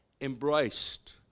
embraced